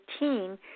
18